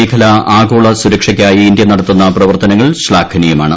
മേഖല ആഗോള സുരക്ഷയ്ക്കായി ഇന്ത്യ നടത്തുന്ന പ്രവർത്തനങ്ങൾ ശ്ലാഘനീയ്മാണ്